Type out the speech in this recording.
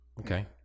okay